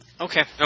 Okay